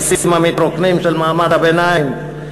לכיסים המתרוקנים של מעמד הביניים,